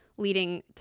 leading